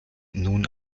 nun